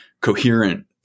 coherent